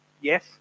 Yes